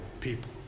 people